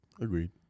Agreed